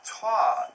taught